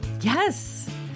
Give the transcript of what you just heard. Yes